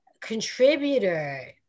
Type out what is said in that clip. contributor